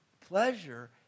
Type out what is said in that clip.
pleasure